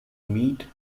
meet